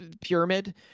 pyramid